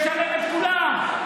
לשלב את כולם.